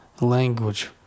language